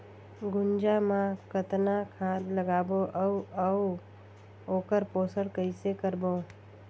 गुनजा मा कतना खाद लगाबो अउ आऊ ओकर पोषण कइसे करबो?